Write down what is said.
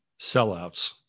sellouts